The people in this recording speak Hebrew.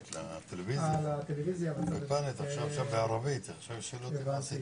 מנהל הוועדה, ליועצת